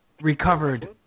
recovered